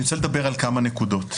אני רוצה לדבר על כמה נקודות.